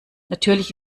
natürlich